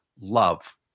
Love